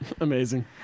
Amazing